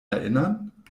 erinnern